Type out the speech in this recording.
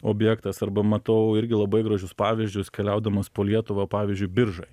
objektas arba matau irgi labai gražius pavyzdžius keliaudamas po lietuvą pavyzdžiui biržai